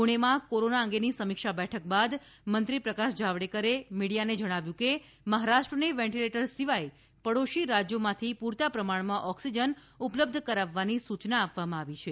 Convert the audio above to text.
પૂણેમાં કોરોના અંગેની સમીક્ષા બેઠક બાદ મંત્રી પ્રકાશ જાવડેકરે મીડિયાને જણાવ્યું હતું કે મહારાષ્ટ્રને વેન્ટિલેટર સિવાય પડોશી રાજ્યોમાંથી પૂરતા પ્રમાણમાં ઓક્સિજન ઉપલબ્ધ કરવવાની સૂચના આપવામાં આવી છે